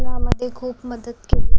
यामध्ये खूप मदत केलेली आहे